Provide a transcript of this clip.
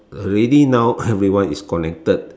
already now everyone is connected